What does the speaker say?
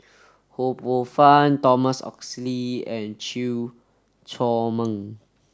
Ho Poh Fun Thomas Oxley and Chew Chor Meng